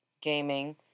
Gaming